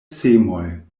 semoj